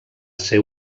ser